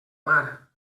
mar